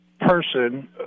person